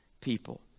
people